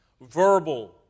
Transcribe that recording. verbal